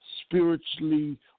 Spiritually